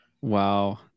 wow